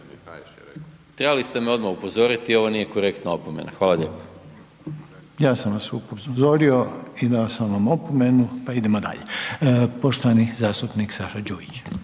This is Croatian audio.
trebali ste me odmah upozoriti ovo nije korektna opomena. Hvala lijepo. **Reiner, Željko (HDZ)** Ja sam vas upozorio i dao sam vam opomenu, pa idemo dalje. Poštovani zastupnik Saša Đujić.